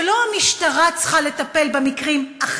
שלא המשטרה צריכה לטפל במקרים,